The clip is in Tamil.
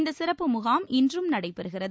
இந்த சிறப்பு முகாம் இன்றும் நடைபெறுகிறது